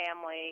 family